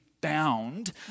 bound